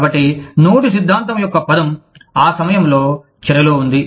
కాబట్టి నోటి సిద్ధాంతం యొక్క పదం ఆ సమయంలో చర్యలో ఉంది